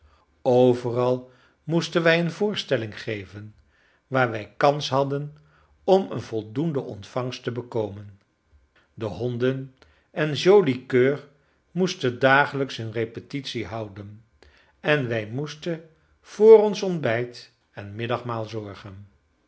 overal moesten wij een voorstelling geven waar wij kans hadden om een voldoende ontvangst te bekomen de honden en joli coeur moesten dagelijks hun repetitie houden en wij moesten voor ons ontbijt en middagmaal zorgen